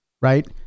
right